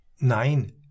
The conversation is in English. Nein